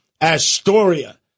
Astoria